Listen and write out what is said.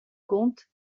compte